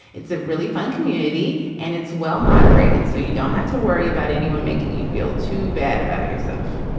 it's a really fun community and it's well, moderated, so you don't have to worry about anyone making you feel too bad about yourself.